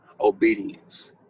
obedience